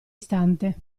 istante